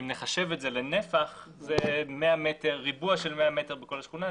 אם נחשב את זה לנפח זה ריבוע של 100 מ"ר בכל השכונה,